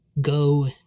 go